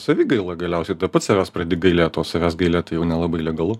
savigaila galiausiai pats savęs pradi gailėt o savęs gailėt tai jau nelabai legalu